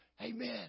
Amen